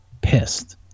pissed